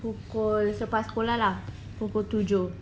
pukul selepas sekolah lah pukul tujuh